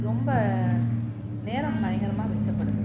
ரொம்ப நேரம் பயங்கரமாக மிச்சப்படுது